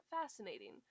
fascinating